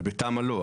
ובתמ"א לא.